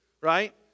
right